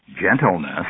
Gentleness